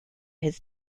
his